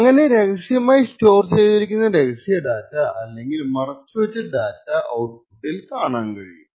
അങ്ങനെ രഹസ്യമായി സ്റ്റോർ ചെയ്തിരിക്കുന്ന രഹസ്യ ഡാറ്റ അല്ലെങ്കിൽ മറച്ചു വച്ച ഡാറ്റ ഔട്പുട്ടിൽ കാണാൻ കഴിയും